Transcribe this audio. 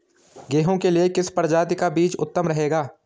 गेहूँ के लिए किस प्रजाति का बीज उत्तम रहेगा?